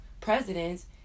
presidents